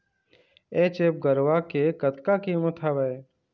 HF गरवा के कतका कीमत हवए?